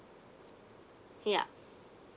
yup